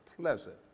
pleasant